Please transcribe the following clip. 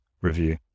review